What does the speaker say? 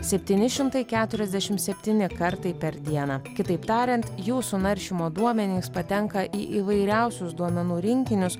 septyni šimtai keturiasdešim septyni kartai per dieną kitaip tariant jūsų naršymo duomenys patenka į įvairiausius duomenų rinkinius